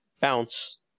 Bounce